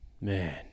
Man